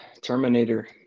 Terminator